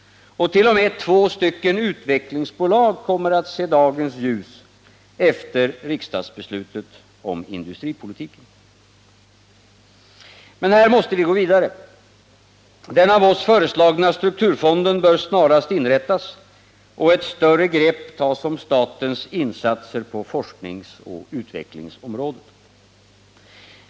Och tt.o.m. två stycken utvecklingsbolag kommer att se dagens ljus efter riksdagsbesluten om industripolitiken. Men här måste vi gå vidare. Den av oss föreslagna strukturfonden bör snarast inrättas och ett större grepp tas om statens insatser på forskningsoch utvecklingsområdet.